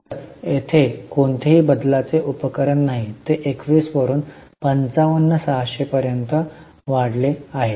तर तेथे कोणतेही बदलण्याचे उपकरण नाही ते 21 वरून 55600 पर्यंत वाढले आहे